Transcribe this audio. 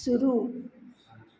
शुरू